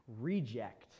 reject